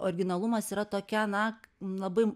originalumas yra tokia na labai